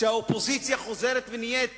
כשהאופוזיציה חוזרת ונהיית